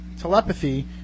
telepathy